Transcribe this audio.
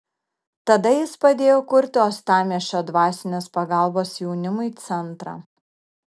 tada jis padėjo kurti uostamiesčio dvasinės pagalbos jaunimui centrą